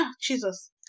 jesus